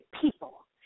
people